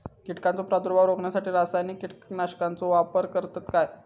कीटकांचो प्रादुर्भाव रोखण्यासाठी रासायनिक कीटकनाशकाचो वापर करतत काय?